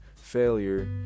Failure